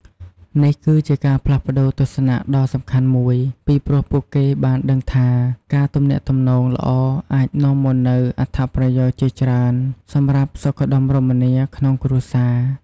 នេះគឺជាការផ្លាស់ប្តូរទស្សនៈដ៏សំខាន់មួយ ពីព្រោះពួកគេបានដឹងថា ការទំនាក់ទំនងល្អអាចនាំមកនូវអត្ថប្រយោជន៍ជាច្រើនសម្រាប់សុខដុមរមនាក្នុងគ្រួសារ។